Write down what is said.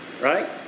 Right